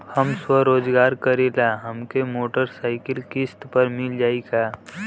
हम स्वरोजगार करीला हमके मोटर साईकिल किस्त पर मिल जाई का?